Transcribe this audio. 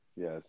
Yes